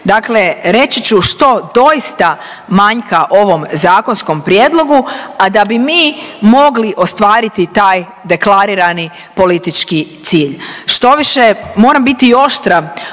Dakle, reći ću što doista manjka ovom zakonskom prijedlogu, a da bi mi mogli ostvariti taj deklarirani politički cilj. Štoviše moram biti i oštra